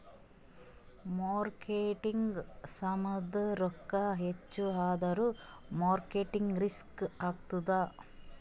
ಮಾರ್ಕೆಟ್ನಾಗ್ ಸಾಮಾಂದು ರೊಕ್ಕಾ ಹೆಚ್ಚ ಆದುರ್ ಮಾರ್ಕೇಟ್ ರಿಸ್ಕ್ ಆತ್ತುದ್